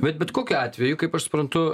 bet bet kokiu atveju kaip aš suprantu